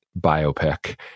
biopic